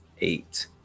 eight